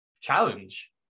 challenge